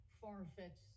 far-fetched